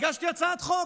הגשתי הצעת חוק.